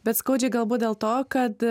bet skaudžiai galbūt dėl to kad